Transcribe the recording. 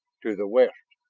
to the west.